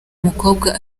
mukobwa